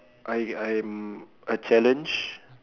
I I'm a challenge